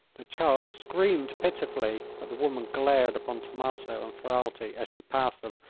the child screamed pitifully but the woman glared upon tommaso and ferralti, as she passed them,